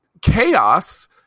chaos